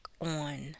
on